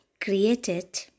created